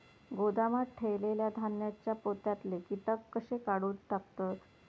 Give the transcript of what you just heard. गोदामात ठेयलेल्या धान्यांच्या पोत्यातले कीटक कशे काढून टाकतत?